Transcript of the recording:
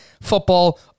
football